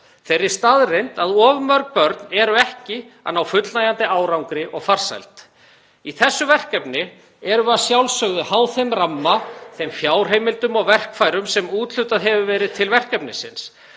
þeirri staðreynd að of mörg börn eru ekki að ná fullnægjandi árangri og farsæld. Í þessu verkefni erum við að sjálfsögðu háð þeim ramma, þeim fjárheimildum og verkfærum sem úthlutað hefur verið til verkefnisins